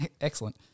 excellent